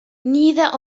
neither